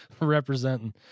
Representing